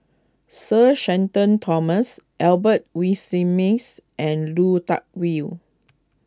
Sir Shenton Thomas Albert Winsemius and Lui Tuck wale